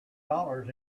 dollars